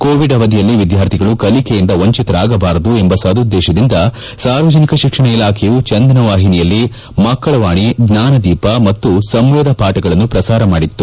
Covid ಅವಧಿಯಲ್ಲಿ ವಿದ್ನಾರ್ಥಿಗಳು ಕಲಿಕೆಯಿಂದ ವಂಚಿತರಾಗಬಾರದು ಎಂಬ ಸದುದ್ದೇಶದಿಂದ ಸಾರ್ವಜನಿಕ ಶಿಕ್ಷಣ ಇಲಾಖೆಯು ಚಂದನ ವಾಹಿನಿಯಲ್ಲಿ ಮಕ್ಕಳವಾಣಿ ಜ್ವಾನದೀಪ ಮತ್ತು ಸಂವೇದ ಪಾಠಗಳನ್ನು ಪ್ರಸಾರ ಮಾಡಿತ್ತು